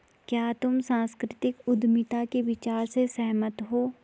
क्या तुम सांस्कृतिक उद्यमिता के विचार से सहमत हो?